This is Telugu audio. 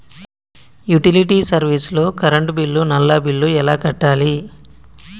యుటిలిటీ సర్వీస్ లో కరెంట్ బిల్లు, నల్లా బిల్లు ఎలా కట్టాలి?